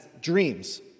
dreams